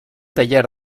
taller